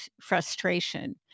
frustration